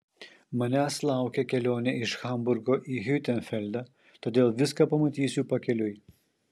manęs laukia kelionė iš hamburgo į hiutenfeldą todėl viską pamatysiu pakeliui